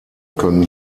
können